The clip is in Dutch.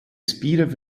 spieren